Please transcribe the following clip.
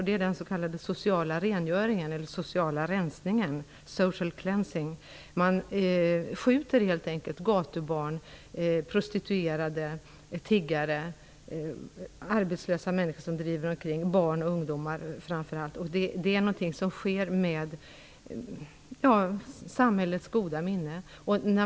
Det är den s.k. sociala rengöringen eller den sociala rensningen - "social cleansing". Man skjuter helt enkelt gatubarn, prostituerade, tiggare och arbetslösa människor som driver omkring, framför allt barn och ungdomar. Detta sker med samhällets goda minne.